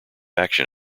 action